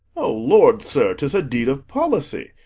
o lord, sir, tis a deed of policy.